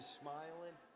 smiling